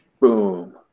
boom